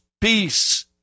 peace